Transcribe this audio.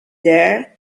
there